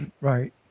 Right